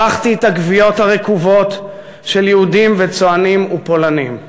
הרחתי את הגוויות הרקובות של יהודים וצוענים ופולנים".